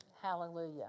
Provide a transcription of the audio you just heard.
hallelujah